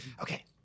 Okay